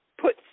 Put